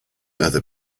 other